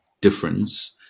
difference